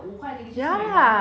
ya lah